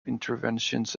interventions